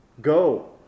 Go